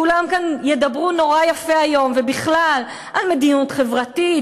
כולם כאן ידברו נורא יפה היום ובכלל על מדיניות חברתית,